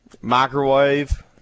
Microwave